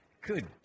Good